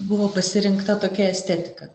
buvo pasirinkta tokia estetika